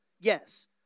yes